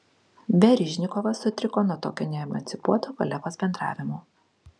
verižnikovas sutriko nuo tokio neemancipuoto kolegos bendravimo